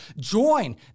join